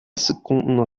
sekunden